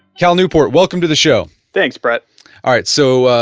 cal newport, welcome to the show thanks, brett all right. so,